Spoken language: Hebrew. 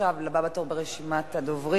ועכשיו לבא בתור ברשימת הדוברים,